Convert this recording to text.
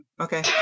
Okay